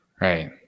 Right